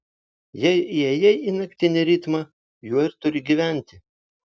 jei įėjai į naktinį ritmą juo ir turi gyventi